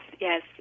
yes